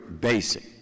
basic